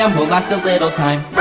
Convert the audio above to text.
and will last a little time.